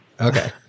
Okay